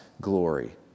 glory